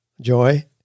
Joy